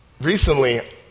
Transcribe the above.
Recently